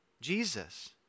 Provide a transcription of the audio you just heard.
Jesus